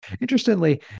Interestingly